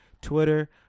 Twitter